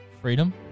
Freedom